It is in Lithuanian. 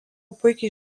puikiai